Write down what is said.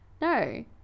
No